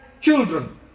Children